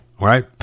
right